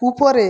উপরে